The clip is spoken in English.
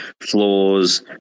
floors